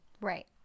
Right